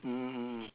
mm mm